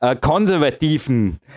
konservativen